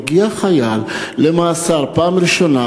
מגיע חייל למאסר פעם ראשונה,